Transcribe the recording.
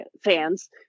fans